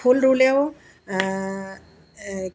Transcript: ফুল ৰুলেও